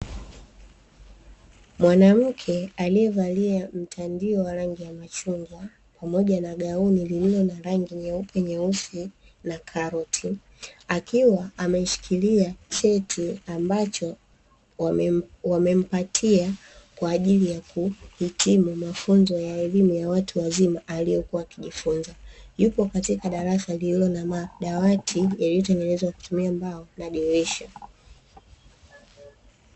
Mwanamke aliyevalia mtandio wa rangi ya machungwa, pamoja na gauni lililo na rangi nyeusi, nyeupe na karoti. Akiwa ameshikilia cheti ambacho wamempatia kwa ajili ya kuhitimu mafunzo ya elimu ya watu wazima yupo katika darasa la kujifunza dawati yaliyotengenezwa kwa kutumia mbao na dirisha.